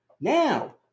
now